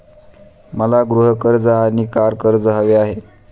मला गृह कर्ज आणि कार कर्ज हवे आहे